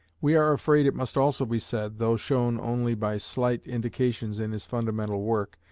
we are afraid it must also be said, though shown only by slight indications in his fundamental work,